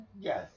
Yes